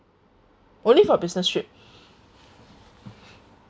only for business trip